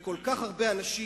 וכל כך הרבה אנשים,